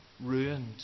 ruined